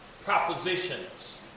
propositions